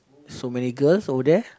so many girls over there